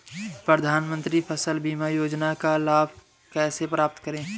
प्रधानमंत्री फसल बीमा योजना का लाभ कैसे प्राप्त करें?